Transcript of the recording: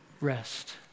rest